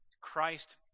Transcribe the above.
Christ